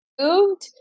moved